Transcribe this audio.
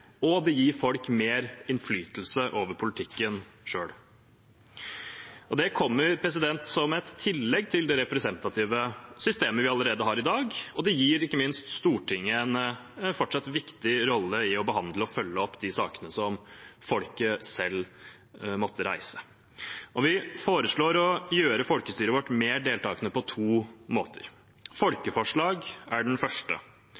og det gir folk mer innflytelse over politikken selv. Det kommer som et tillegg til det representative systemet vi allerede har i dag, og det gir ikke minst Stortinget en fortsatt viktig rolle i å behandle og følge opp de sakene som folket selv måtte reise. Vi foreslår å gjøre folkestyret vårt mer deltakende på to måter. Folkeforslag er den første.